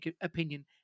opinion